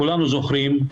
כולנו זוכרים,